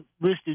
listed